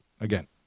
Again